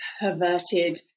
perverted